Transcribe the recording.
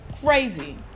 Crazy